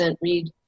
read